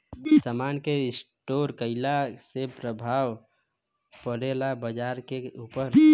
समान के स्टोर काइला से का प्रभाव परे ला बाजार के ऊपर?